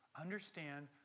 Understand